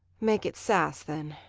make it sas, then.